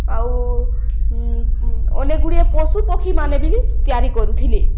ଆଉ ଅନେକ ଗୁଡ଼ିଏ ପଶୁପକ୍ଷୀ ମାନେ ବି ତିଆରି କରୁଥିଲେ